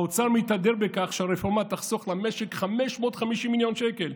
האוצר מתהדר בכך שהרפורמה תחסוך למשק 550 מיליון שקל,